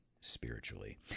spiritually